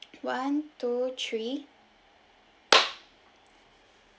one two three